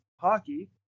hockey